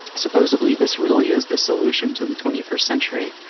supposably this really is the solution to the twenty first century,